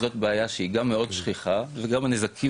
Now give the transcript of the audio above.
זאת בעיה שהיא גם מאוד שכיחה וגם הנזקים